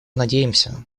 надеемся